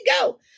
go